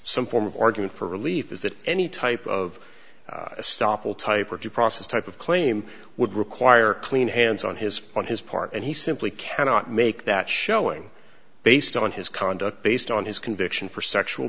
some form of argument for relief is that any type of stop all type of due process type of claim would require clean hands on his on his part and he simply cannot make that showing based on his conduct based on his conviction for sexual